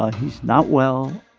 ah he's not well,